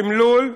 תמלול,